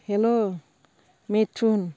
hello Mithun